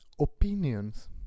Opinions